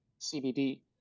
CBD